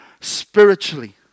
spiritually